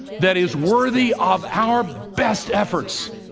that is worthy of our best efforts?